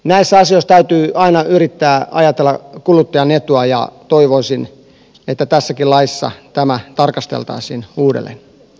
näissä asioissa täytyy aina yrittää ajatella kuluttajan etua ja toivoisin että tässäkin laissa tämä tarkasteltaisiin uudelleen